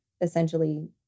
essentially